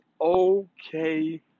okay